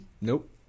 Nope